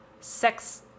sex